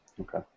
Okay